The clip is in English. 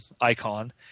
icon